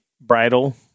bridal